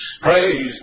Praise